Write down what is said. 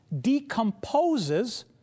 decomposes